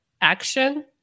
Action